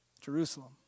Jerusalem